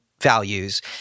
values